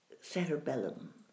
cerebellum